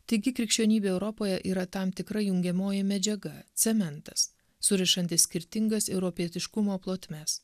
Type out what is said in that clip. taigi krikščionybė europoje yra tam tikra jungiamoji medžiaga cementas surišantis skirtingas europietiškumo plotmes